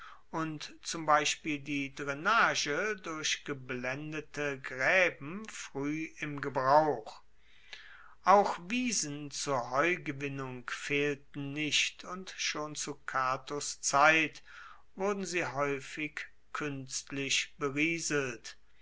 und zum beispiel die drainage durch geblendete graeben frueh im gebrauch auch wiesen zur heugewinnung fehlten nicht und schon zu catos zeit wurden sie haeufig kuenstlich berieselt